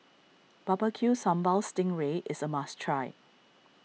Barbecue Sambal Sting Ray is a must try